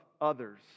others